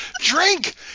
Drink